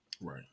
right